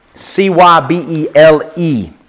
C-Y-B-E-L-E